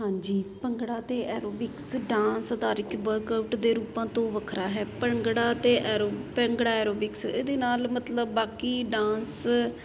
ਹਾਂਜੀ ਭੰਗੜਾ ਅਤੇ aerobics dance ਦੇ ਰੂਪਾਂ ਤੋਂ ਵੱਖਰਾ ਹੈ ਭੰਗੜਾ ਅਤੇ ਐਰੋ ਭੰਗੜਾ ਐਰੋਬਿਕਸ ਇਹਦੇ ਨਾਲ ਮਤਲਬ ਬਾਕੀ ਡਾਂਸ